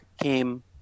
came